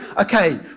okay